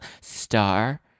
Star